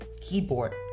keyboard